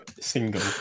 single